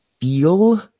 feel